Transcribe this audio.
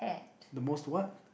the most what